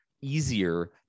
easier